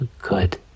Good